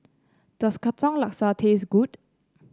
does Katong Laksa taste good